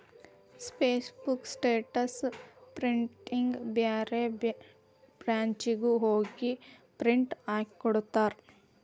passbook statement ಪ್ರಿಂಟ್ನ ಬ್ಯಾರೆ ಬ್ರಾಂಚ್ನ್ಯಾಗು ಹೋಗಿ ಪ್ರಿಂಟ್ ಹಾಕಿಕೊಡ್ತಾರ